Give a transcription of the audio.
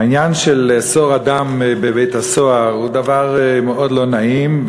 העניין של לאסור אדם בבית-הסוהר הוא דבר מאוד לא נעים,